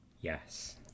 Yes